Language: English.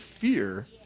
fear